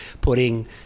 putting